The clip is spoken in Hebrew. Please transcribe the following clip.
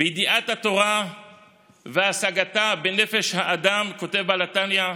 "בידיעת התורה והשגתה בנפש האדם", כותב בעל התניא,